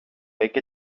take